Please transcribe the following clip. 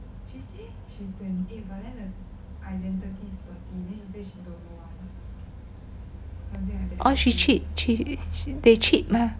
or she cheat they cheat mah